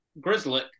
grizzly